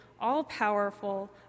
all-powerful